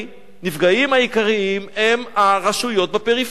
הנפגעים העיקריים הם רשויות בפריפריה,